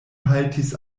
haltis